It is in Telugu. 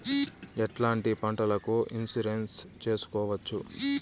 ఎట్లాంటి పంటలకు ఇన్సూరెన్సు చేసుకోవచ్చు?